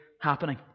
happening